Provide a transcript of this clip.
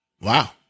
Wow